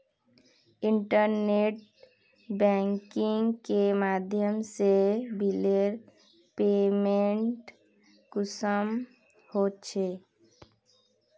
Internet banking के माध्यम से बिलेर पेमेंट कुंसम होचे?